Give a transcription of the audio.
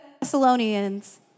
Thessalonians